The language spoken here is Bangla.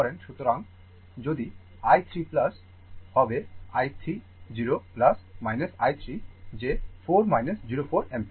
সুতরাং যদি i 3 will be i 30 i 3 যে 4 0 4 অ্যাম্পিয়ার